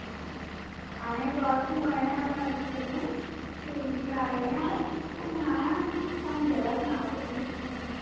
अस हून आये जम्मू ते आई आं घुम्मना ऐ सानू जगह सनाओ कुद्धर घुम्मना